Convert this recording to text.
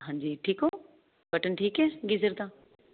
ਹਾਂਜੀ ਠੀਕ ਹੋ ਬਟਨ ਠੀਕ ਏ ਗੀਜਰ ਦਾ